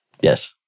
Yes